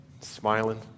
smiling